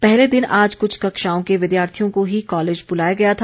पहले दिन आज कुछ कक्षाओं के विद्यार्थियों को ही कॉलेज बुलाया गया था